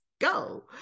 go